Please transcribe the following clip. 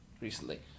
recently